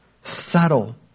settle